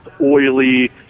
oily